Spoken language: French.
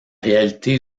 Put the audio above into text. réalité